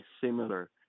similar